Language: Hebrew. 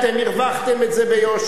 אתם הרווחתם את זה ביושר.